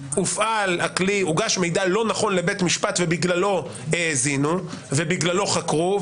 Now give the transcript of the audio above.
הוגש מידע לא נכון לבית המשפט ובגללו האזינו ובגללו חקרו,